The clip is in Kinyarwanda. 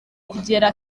kugera